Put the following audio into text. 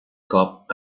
cop